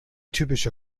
typische